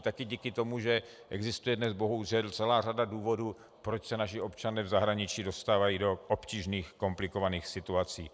Také díky tomu, že dnes existuje bohužel celá řada důvodů, proč se naši občané v zahraničí dostávají do obtížných komplikovaných situací.